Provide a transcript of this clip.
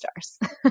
stars